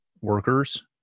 workers